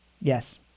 Yes